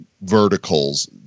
verticals